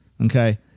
okay